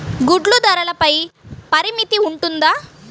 గుడ్లు ధరల పై పరిమితి ఉంటుందా?